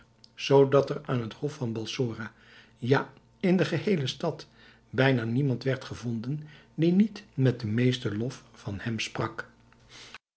zoodat er aan het hof van balsora ja in de geheele stad bijna niemand werd gevonden die niet met den meesten lof van hem sprak